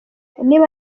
niba